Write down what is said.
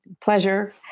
pleasure